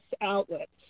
outlets